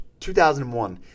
2001